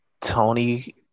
Tony